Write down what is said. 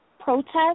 Protest